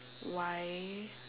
why